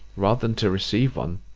rather than to receive one.